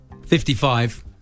55